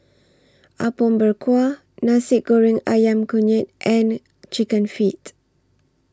Apom Berkuah Nasi Goreng Ayam Kunyit and Chicken Feet